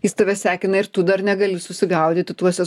jis tave sekina ir tu dar negali susigaudyti tuose